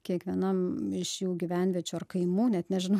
kiekvienam iš jų gyvenviečių ar kaimų net nežinau